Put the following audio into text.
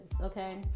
Okay